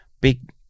big